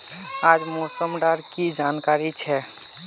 आज मौसम डा की जानकारी छै?